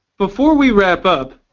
before we wrap up,